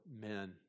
men